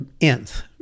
nth